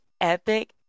epic